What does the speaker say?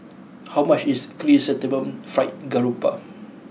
how much is Chrysanthemum Fried Garoupa